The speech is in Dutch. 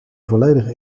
volledige